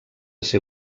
ser